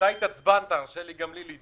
אתה התעצבנת, תרשה לי גם להתעצבן.